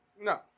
No